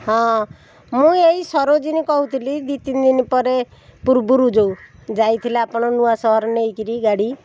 ହଁ ମୁଁ ଏଇ ସରୋଜିନି କହୁଥିଲି ଦୁଇ ତିନି ଦିନ ପରେ ପୂର୍ବୁରୁ ଯେଉଁ ଯାଇଥିଲେ ଆପଣ ନୂଆ ସହର ନେଇକରି ଗାଡ଼ି